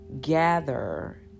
gather